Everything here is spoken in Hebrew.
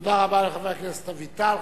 תודה רבה לחבר הכנסת אביטל.